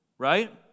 right